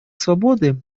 свободы